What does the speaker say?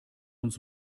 uns